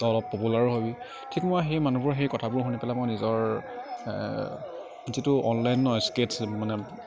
তই অলপ পপুলাৰো হ'বি ঠিক মই সেই মানুহবোৰৰ সেই কথাবোৰ শুনি পেলাই মই নিজৰ যিটো অনলাইন ন স্কেটছ মানে